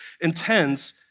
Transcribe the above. intense